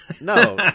No